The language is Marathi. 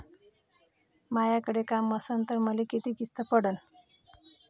मायाकडे काम असन तर मले किती किस्त पडन?